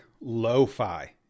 lo-fi